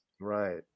Right